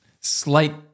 slight